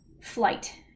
flight